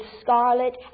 scarlet